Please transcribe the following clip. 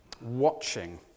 watching